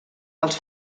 als